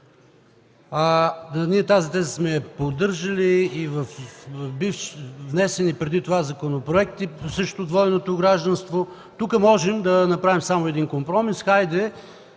Тази теза сме я поддържали и във внесени преди това законопроекти срещу двойното гражданство. Тук можем да направим само един компромис – хайде,